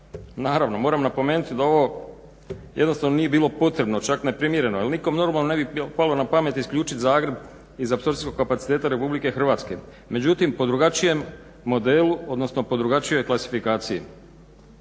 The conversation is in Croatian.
naravno moram napomenuti da ovo jednostavno nije bilo potrebno, čak neprimjereno jer nikom normalnom ne bi bilo palo na pamet isključit iz apsorpcijskog kapaciteta RH. Međutim po drugačijem modelu, odnosno po drugačijoj klasifikaciji